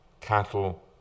cattle